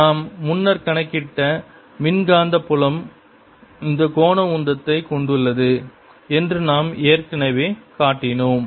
நாம் முன்னர் கணக்கிட்ட மின் காந்த புலம் இந்த கோண உந்தத்தை கொண்டுள்ளது என்று நாம் ஏற்கனவே காட்டினோம்